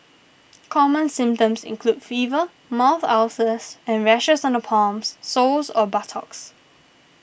common symptoms include fever mouth ulcers and rashes on the palms soles or buttocks